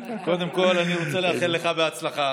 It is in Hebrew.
קודם כול, אני רוצה לאחל לך בהצלחה